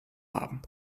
haben